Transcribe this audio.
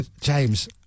James